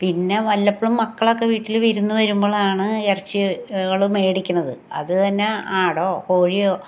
പിന്ന വല്ലപ്പോഴും മക്കളൊക്കെ വീട്ടിൽ വിരുന്ന് വരുമ്പോളാണ് ഇറച്ചി കൾ മേടിക്കുന്നത് അത് തന്നെ ആടോ കോഴിയോ